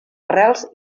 arrels